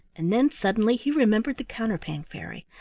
and then suddenly he remembered the counterpane fairy,